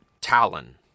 Talon